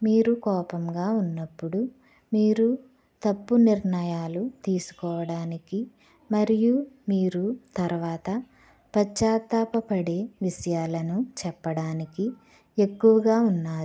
మీరూ కోపంగా ఉన్నప్పుడు మీరు తప్పు నిర్ణయాలు తీసుకోవడానికి మరియు మీరు తరువాత పశ్చాత్తాప పడే విషయాలను చెప్పడానికి ఎక్కువగా ఉన్నారు